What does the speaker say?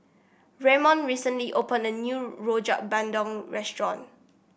Ramon recently opened a new Rojak Bandung restaurant